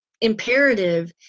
imperative